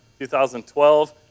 2012